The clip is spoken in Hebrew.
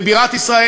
בבירת ישראל,